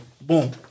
Boom